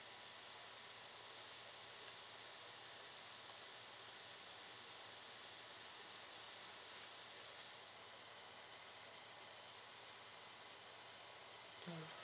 mm